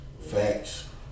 Facts